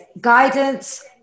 guidance